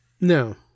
No